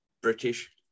British